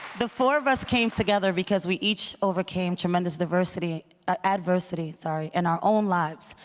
the four of us came together because we each overcame tremendous diversity, adversity, sorry, in our own lives.